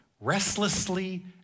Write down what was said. restlessly